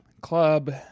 Club